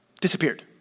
disappeared